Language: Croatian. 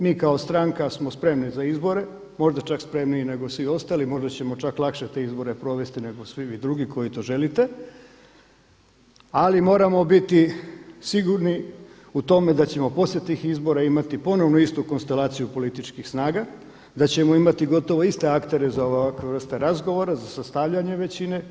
Mi kao stranka smo spremni za izbore, možda čak spremniji nego svi ostali, možda ćemo čak lakše te izbore provesti nego svi vi drugi koji to želite ali moramo biti sigurni u tome da ćemo poslije tih izbora imati ponovno istu konstelaciju političkih snaga, da ćemo imati gotovo iste aktere za ovakve vrste razgovora, za sastavljanje većine.